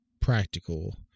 practical